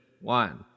one